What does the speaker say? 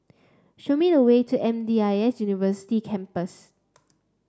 show me the way to M D I S University Campus